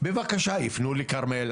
בבקשה יפנו לכרמל,